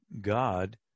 God